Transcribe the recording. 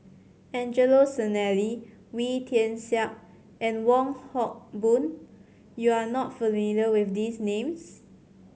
Angelo Sanelli Wee Tian Siak and Wong Hock Boon you are not familiar with these names